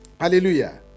Hallelujah